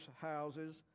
houses